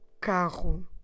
CARRO